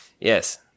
Yes